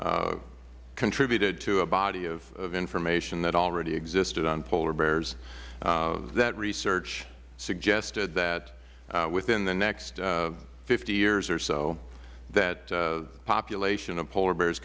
contributed to a body of information that already existed on polar bears that research suggested that within the next fifty years or so that the population of polar bears